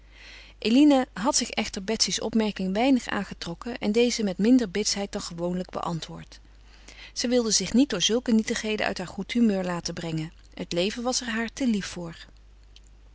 eline had zich echter betsy's opmerking weinig aangetrokken en deze met minder bitsheid dan gewoonlijk beantwoord zij wilde zich niet door zulke nietigheden uit haar goed humeur laten brengen het leven was er haar te lief voor